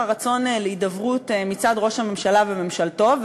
הרצון להידברות מצד ראש הממשלה וממשלתו.